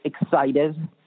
excited